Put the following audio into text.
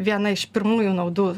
viena iš pirmųjų naudų